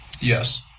Yes